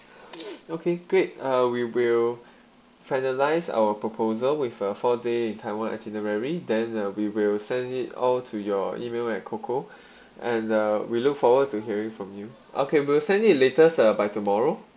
okay great uh we will finalise our proposal with a four day taiwan itinerary then uh we will send it all to your email at coco and uh we look forward to hearing from you okay we'll send it latest uh by tomorrow